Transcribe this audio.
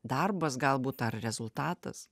darbas galbūt ar rezultatas